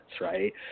right